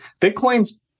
Bitcoin's